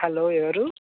hello ఎవరు